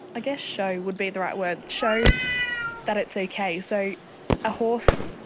guess show would be the right word, show that it's okay. so a horse